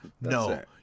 No